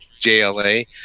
JLA